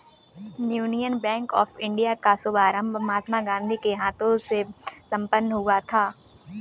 union Bank of India का शुभारंभ महात्मा गांधी के हाथों से संपन्न हुआ था